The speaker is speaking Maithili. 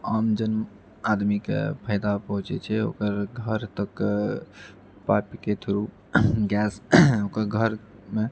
आमजन आदमीके फायदा पहुँचै छै ओकर घर तक पाइपके थ्रू गैस ओकर घरमे